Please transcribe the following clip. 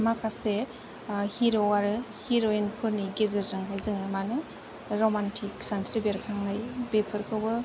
माखासे हिर' आरो हिर'इनफोरनि गेजेरजों हाय जोङो मानो रमान्टिक सानस्रि बेरखांनाय बेफोरखौबो